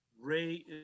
Ray